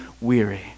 weary